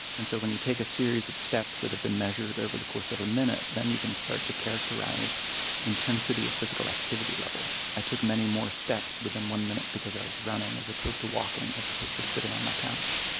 and so when you take a series of steps that have been measured over the course of a minute, then you can start to characterise intensity of physical activity level. i took many more steps within one minute because i was running as opposed to walking as opposed to sitting on my couch.